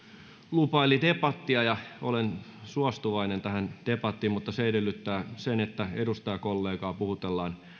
lupaili debattia ja olen suostuvainen tähän debattiin mutta se edellyttää sitä että edustajakollegaa puhutellaan